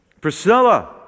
Priscilla